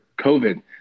covid